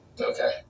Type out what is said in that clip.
Okay